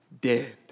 dead